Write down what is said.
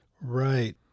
Right